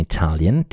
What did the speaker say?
Italian